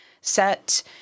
set